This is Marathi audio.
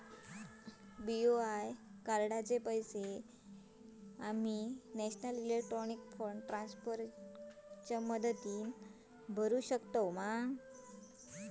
बी.ओ.आय कार्डाचे पैसे आम्ही नेशनल इलेक्ट्रॉनिक फंड ट्रान्स्फर च्या मदतीने भरुक शकतू मा?